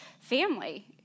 family